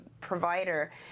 provider